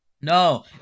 No